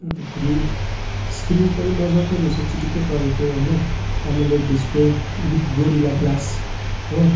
अन्तखेरि स्क्रिन पनि मजाको रहेछ चिटिक्कै परेको होइन AMOLED display with Gorilla glass हो